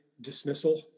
dismissal